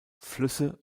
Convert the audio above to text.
flüsse